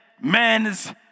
men's